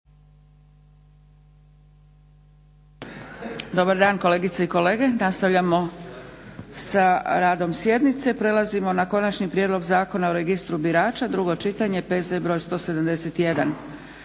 Dobar dan kolegice i kolege. Nastavljamo sa radom sjednice. Prelazimo na - Konačni prijedlog Zakona o registru birača, drugo čitanje, P.Z. br. 171.